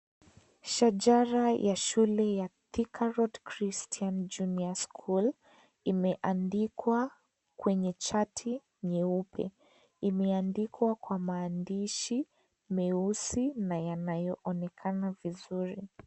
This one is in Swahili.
Shajara ya shule ya Thika Road Christian Junior School imeandikwa kwenye shati nyeupe, imeandikwa kwa maandishi meusi na yanayoonekana vizuri.